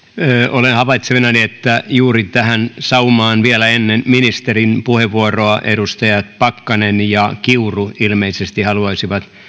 olen havaitsevinani että juuri tähän saumaan vielä ennen ministerin puheenvuoroa edustajat pakkanen ja kiuru ilmeisesti haluaisivat